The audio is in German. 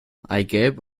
eigelb